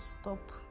stop